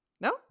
No